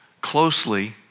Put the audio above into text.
closely